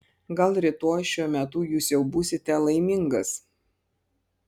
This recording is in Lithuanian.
gal rytoj šiuo metu jūs jau būsite laimingas